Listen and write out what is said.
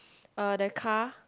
uh the car